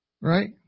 Right